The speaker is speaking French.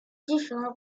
différents